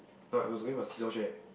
not I was going my seesaw chair